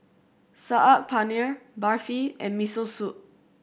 Saag Paneer Barfi and Miso Soup